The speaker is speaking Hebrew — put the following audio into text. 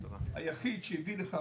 היחיד שהביא לכך